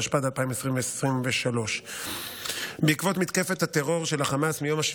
התשפ"ד 2023. בעקבות מתקפת הטרור של חמאס מיום 7